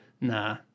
Nah